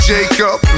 Jacob